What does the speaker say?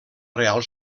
reial